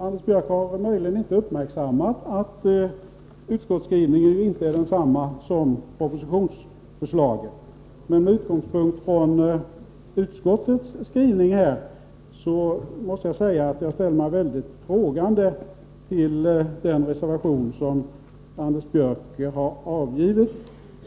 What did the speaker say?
Anders Björck har möjligen inte uppmärksammat att utskottsskrivningen inte är densamma som propositionsförslaget. Med utgångspunkt i utskottets skrivning ställer jag mig väldigt frågande inför den reservation som Anders Björck har avgivit